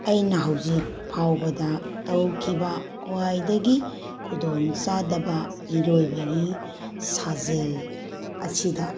ꯑꯩꯅ ꯍꯧꯖꯤꯛ ꯐꯥꯎꯕꯗ ꯇꯧꯈꯤꯕ ꯈ꯭ꯋꯥꯏꯗꯒꯤ ꯈꯨꯗꯣꯡ ꯆꯥꯗꯕ ꯏꯔꯣꯏꯕꯒꯤ ꯁꯥꯖꯦꯜ ꯑꯁꯤꯗ